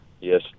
Yes